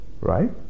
right